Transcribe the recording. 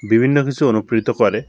বিভিন্ন কিছু অনুপ্রেরিত করে